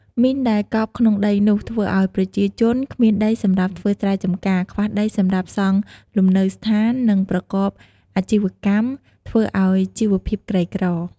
មីនដែលកប់ក្នុងដីនោះ ធ្វើឲ្យប្រជាជន គ្មានដីសម្រាប់ធ្វើស្រែចំការ ខ្វះដីសម្រាប់សង់លំនៅឋាន និង ប្រកបអាជីវកម្ម ធ្វើឱ្យជីវភាពក្រីក្រ។